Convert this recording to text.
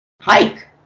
hike